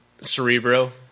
Cerebro